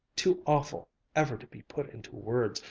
too awful ever to be put into words,